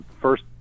first